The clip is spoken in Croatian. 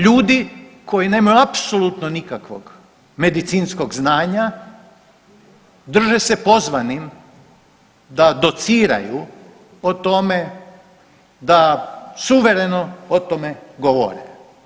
Ljudi koji nemaju apsolutnog nikakvog medicinskog znanja drže se pozvanim da dociraju o tome da suvereno o tome govore.